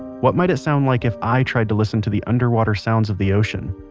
what might it sound like if i tried to listen to the underwater sounds of the ocean?